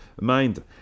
mind